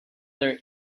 their